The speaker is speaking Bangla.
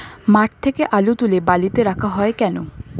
মাঠ থেকে আলু তুলে বালিতে রাখা হয় কেন?